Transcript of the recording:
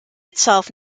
itself